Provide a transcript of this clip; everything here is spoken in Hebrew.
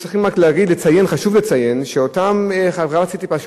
חשוב לציין שאותם נציגי "סיטיפס",